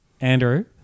Andrew